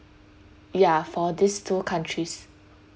ya for these two countries